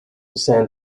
sand